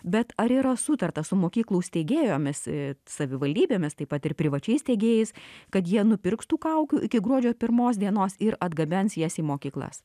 bet ar yra sutarta su mokyklų steigėjomis savivaldybėmis taip pat ir privačiais steigėjais kad jie nupirktų kaukių iki gruodžio pirmos dienos ir atgabens jas į mokyklas